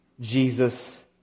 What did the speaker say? Jesus